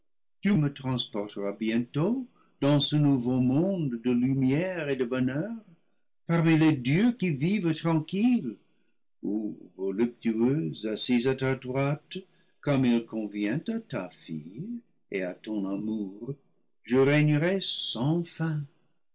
tu me transporteras bientôt dans ce nouveau monde de lumière et de bonheur parmi les dieux qui vivent tranquilles où voluptueuse assise à ta droite cdmme il convient à ta fille et à ton amour je régnerai saris fin